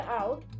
out